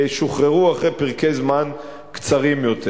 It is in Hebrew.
שוחררו אחרי פרקי זמן קצרים יותר.